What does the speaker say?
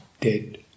dead